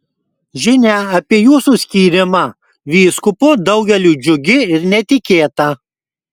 žinia apie jūsų skyrimą vyskupu daugeliui džiugi ir netikėta